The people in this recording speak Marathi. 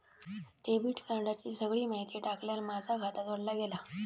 डेबिट कार्डाची सगळी माहिती टाकल्यार माझा खाता जोडला गेला